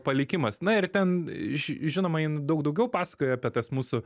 palikimas na ir ten ži žinoma jin daug daugiau pasakoja apie tas mūsų